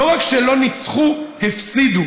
לא רק שלא ניצחו, הפסידו.